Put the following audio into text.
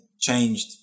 changed